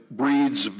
breeds